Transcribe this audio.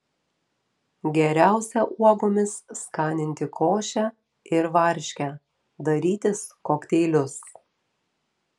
geriausia uogomis skaninti košę ir varškę darytis kokteilius